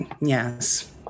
Yes